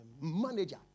manager